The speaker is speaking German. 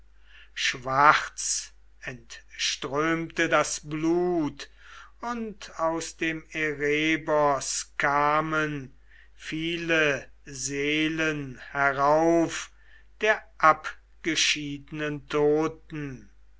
schwarz entströmte das blut und aus dem erebos kamen viele seelen herauf der abgeschiedenen toten